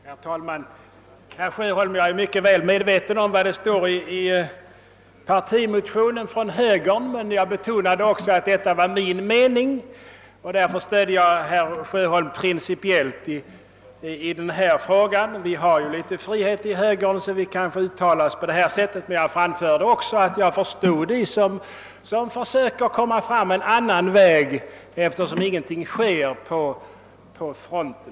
Herr talman! Till herr Sjöholm vill jag säga att jag är mycket väl medveten om” vad det står i högerpartiets partimotion, men jag betonade också att det jag yttrade var min personliga mening. Därför stödde jag principiellt herr Sjö holm i denna fråga — vi har ju litet frihet inom högern så att vi kan uttala oss på detta sätt — men jag framhöll också att jag förstår dem som försöker lösa frågan på ett annat sätt, eftersom ingenting sker på den här fronten.